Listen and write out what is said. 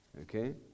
Okay